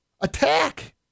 attack